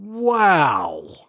Wow